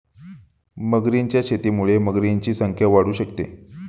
मगरींच्या शेतीमुळे मगरींची संख्या वाढू शकते